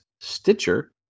Stitcher